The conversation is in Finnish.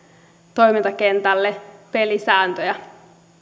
toimintakentälle pelisääntöjä